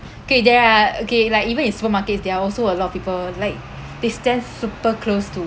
K there are okay like even in supermarkets there are also a lot of people like they stand super close to